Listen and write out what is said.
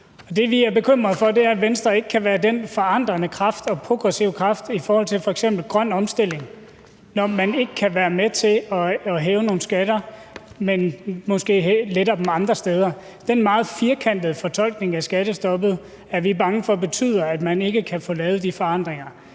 vi er bekymret for, er, at Venstre ikke kan være den forandrende kraft og progressive kraft i forhold til f.eks. grøn omstilling, når man ikke kan være med til at hæve nogle skatter, men måske letter dem andre steder. Den meget firkantede fortolkning af skattestoppet er vi bange for betyder, at man ikke kan få lavet de forandringer.